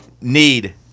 need